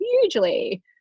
hugely